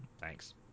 Thanks